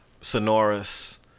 sonorous